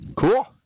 Cool